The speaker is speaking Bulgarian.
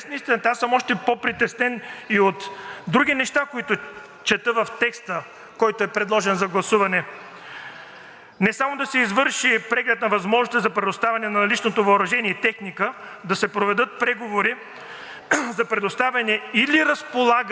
Не само да се извърши преглед на възможностите за предоставяне на наличното въоръжение и техника, да се проведат преговори за предоставяне или разполагане на заместващ или усилващ капацитет, което също буди много въпроси. За какво става въпрос